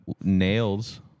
nails